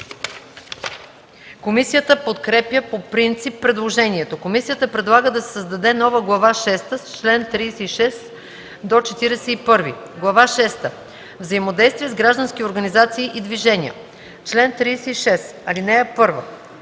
Комисията подкрепя по принцип предложението. Комисията предлага да се създаде нова Глава шеста с чл. 36-41: „Глава шеста – Взаимодейстие с граждански организации и движения”. Чл. 36. (1)